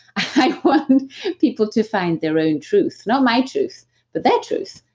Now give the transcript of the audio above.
i want people to find their own truth, not my truth but their truth.